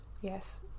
yes